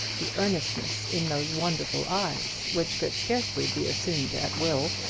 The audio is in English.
the earnestness in those wonderful eyes, which could scarcely be assumed at will,